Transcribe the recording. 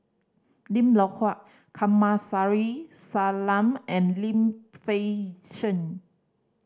Lim Loh Huat Kamsari Salam and Lim Fei Shen